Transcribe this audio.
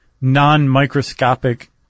non-microscopic